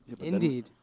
Indeed